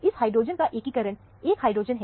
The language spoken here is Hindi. इस हाइड्रोजन का एकीकरण 1 हाइड्रोजन है